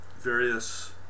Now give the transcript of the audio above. various